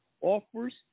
offers